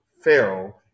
Pharaoh